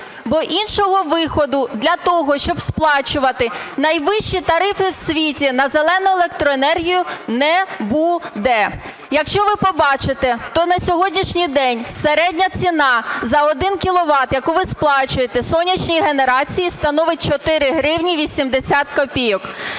Бо іншого виходу для того, щоб сплачувати найвищі тарифи в світі на "зелену" електроенергію не буде. Якщо ви побачите, то на сьогоднішній день середня ціна за 1 кіловат, яку ви сплачуєте сонячній генерації становить 4 гривні 80 копійок.